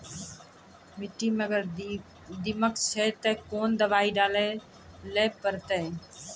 मिट्टी मे अगर दीमक छै ते कोंन दवाई डाले ले परतय?